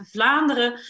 Vlaanderen